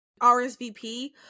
rsvp